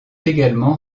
également